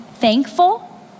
thankful